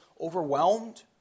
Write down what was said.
overwhelmed